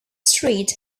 street